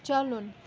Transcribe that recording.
چلُن